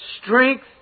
strength